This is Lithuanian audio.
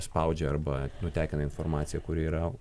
spaudžia arba nutekina informaciją kuri yra